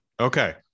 Okay